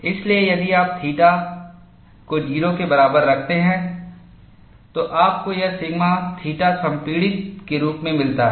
इसलिए यदि आप थीटा को 0 के बराबर रखते हैं तो आपको यह सिग्मा थीटा संपीड़ित के रूप में मिलता है